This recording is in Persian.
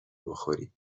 بخوری